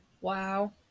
Wow